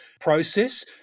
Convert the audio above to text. process